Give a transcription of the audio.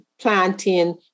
planting